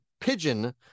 pigeon